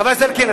חבר הכנסת אלקין,